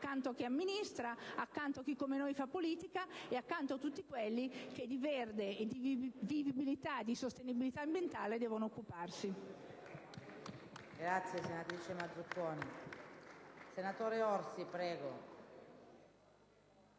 accanto a chi amministra, accanto a chi, come noi, fa politica, accanto a tutti coloro che di verde, di vivibilità e sostenibilità ambientale devono occuparsi.